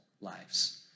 lives